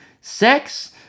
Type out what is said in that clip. sex